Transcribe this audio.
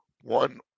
One